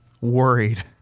worried